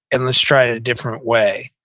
and let's try it a different way.